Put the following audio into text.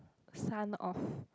son of